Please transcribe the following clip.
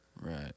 Right